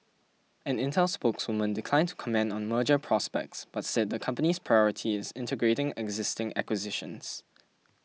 an Intel spokeswoman declined to comment on merger prospects but said the company's priority is integrating existing acquisitions